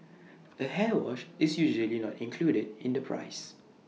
A hair wash is usually not included in the price